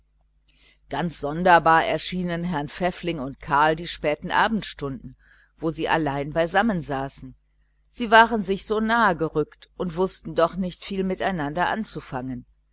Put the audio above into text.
ganz kurios erschienen herrn pfäffling und karl die späten abendstunden wo sie allein beisammen saßen sie waren sich so nahe gerückt und wußten doch nicht viel miteinander anzufangen